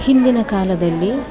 ಹಿಂದಿನ ಕಾಲದಲ್ಲಿ